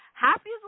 happy